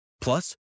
Plus